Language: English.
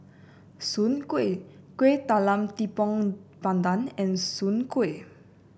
Soon Kway Kuih Talam Tepong Pandan and Soon Kway